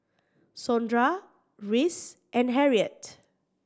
Sondra Rhys and Harriette